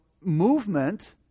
movement